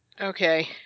Okay